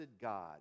God